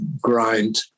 grind